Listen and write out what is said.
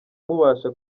mubasha